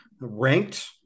ranked